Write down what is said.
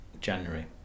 January